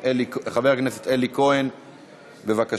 חוק ומשפט לוועדת העבודה,